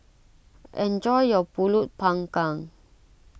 enjoy your Pulut Panggang